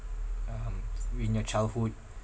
uh um in your childhood